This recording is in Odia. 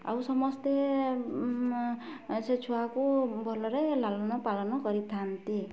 ଆଉ ସମସ୍ତେ ସେ ଛୁଆକୁ ଭଲରେ ଲାଳନ ପାଳନ କରିଥାନ୍ତି